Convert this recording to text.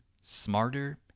smarter